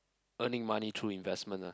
earning money through investment ah